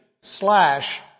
slash